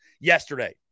yesterday